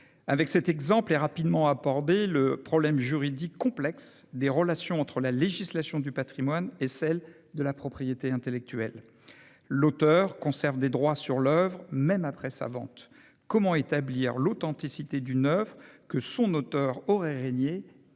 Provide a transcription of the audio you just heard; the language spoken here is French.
Avec cet exemple est rapidement abordé le problème juridique complexe des relations entre la législation du patrimoine et celle de la propriété intellectuelle. L'auteur conserve des droits sur l'oeuvre même après sa vente. Comment établir l'authenticité d'une oeuvre que son auteur aurait reniée